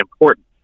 important